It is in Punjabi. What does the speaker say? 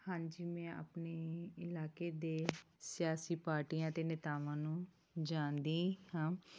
ਹਾਂਜੀ ਮੈਂ ਆਪਣੇ ਇਲਾਕੇ ਦੇ ਸਿਆਸੀ ਪਾਰਟੀਆਂ ਅਤੇ ਨੇਤਾਵਾਂ ਨੂੰ ਜਾਣਦੀ ਹਾਂ